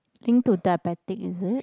link to diabetic is it